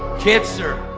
cancer,